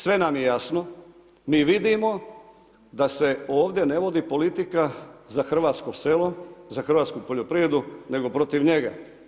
Sve nam je jasno, mi vidimo da se ovdje ne vodi politika za hrvatsko selo, za hrvatsku poljoprivredu nego protiv njega.